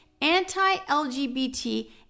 anti-LGBT